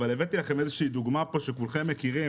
אבל הבאתי לכם איזה שהיא דוגמה שכולכם מכירים,